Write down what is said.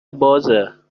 بازه